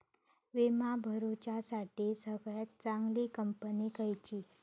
विमा भरुच्यासाठी सगळयात चागंली कंपनी खयची?